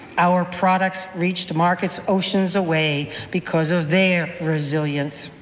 our products reached markets oceans away because of their resilience.